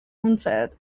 umfeld